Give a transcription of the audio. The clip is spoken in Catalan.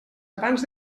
abans